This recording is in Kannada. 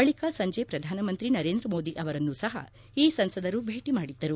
ಬಳಿಕ ಸಂಜೆ ಪ್ರಧಾನಮಂತ್ರಿ ನರೇಂದ್ರಮೋದಿ ಅವರನ್ನೂ ಸಹ ಈ ಸಂಸದರು ಭೇಟಿ ಮಾಡಿದ್ದರು